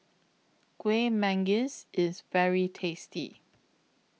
Kueh Manggis IS very tasty